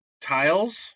tiles